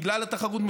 בגלל התחרות,